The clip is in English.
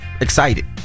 excited